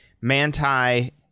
Manti